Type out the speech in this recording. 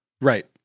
Right